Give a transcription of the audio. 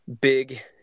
big